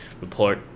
report